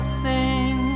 sing